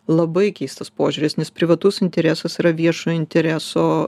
labai keistas požiūris nes privatus interesas yra viešojo intereso